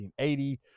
1980